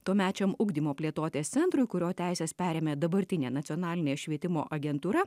tuomečiam ugdymo plėtotės centrui kurio teises perėmė dabartinė nacionalinė švietimo agentūra